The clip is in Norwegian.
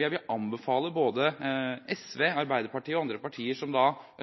Jeg vil anbefale både SV, Arbeiderpartiet og andre partier som